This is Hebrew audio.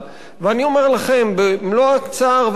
ואני אומר לכם במלוא הצער והכנות,